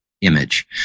image